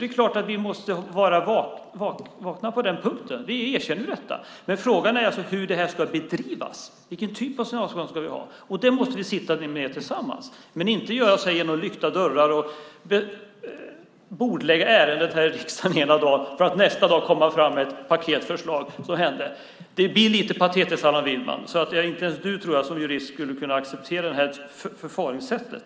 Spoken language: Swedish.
Det är klart att vi måste vara vakna på den punkten, och vi erkänner detta. Men frågan är vilken typ av signalspaning vi ska ha. I den frågan måste vi sitta ned tillsammans, inte bakom lyckta dörrar och bordlägga ärendet här i riksdagen ena dagen för att nästa dag komma fram med ett paketförslag, som hände. Det blir lite patetiskt, Allan Widman. Jag tror inte att ens du som jurist skulle kunna acceptera det här förfaringssättet.